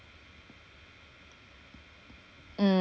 mm